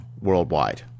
worldwide